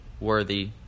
worthy